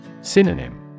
Synonym